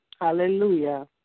Hallelujah